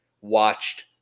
watched